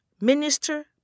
minister